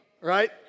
right